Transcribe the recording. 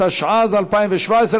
התשע"ז 2017,